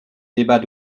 débat